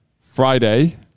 Friday